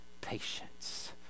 patience